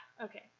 Okay